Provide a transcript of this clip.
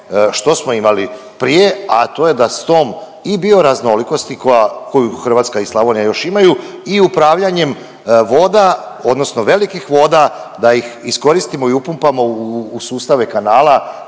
što smo imali prije, a to je da s tom i bioraznolikosti koju Hrvatska i Slavonija još imaju i upravljanjem voda, odnosno velikih voda da ih iskoristimo i upumpamo u sustave kanala